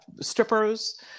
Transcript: strippers